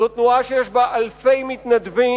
זאת תנועה שיש בה אלפי מתנדבים,